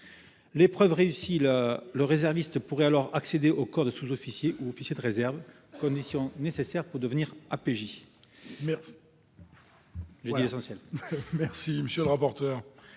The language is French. L'épreuve réussie, le réserviste pourrait alors accéder au corps des sous-officiers ou officiers de réserve, condition nécessaire pour devenir APJ. Quel est l'avis de